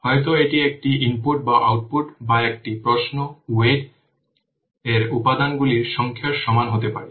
হয়তো এটি একটি ইনপুট বা আউটপুট বা একটি প্রশ্ন ওয়েট এর উপাদানগুলির সংখ্যার সমান হতে পারে